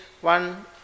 one